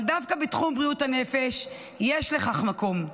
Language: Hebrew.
אבל דווקא בתחום בריאות הנפש יש לכך מקום.